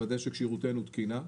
לוודא שכשירותנו תקינה.